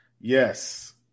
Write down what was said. Yes